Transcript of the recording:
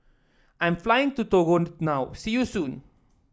I'm flying to Togo now see you soon